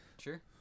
Sure